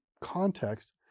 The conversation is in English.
context